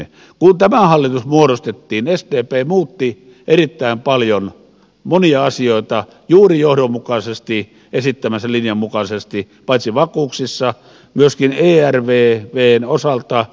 kun tämä hallitus muodostettiin sdp muutti erittäin paljon monia asioita juuri johdonmukaisesti esittämänsä linjan mukaisesti paitsi vakuuksissa myöskin ervvn osalta